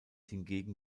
hingegen